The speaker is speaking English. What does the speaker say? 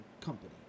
company